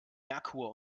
merkur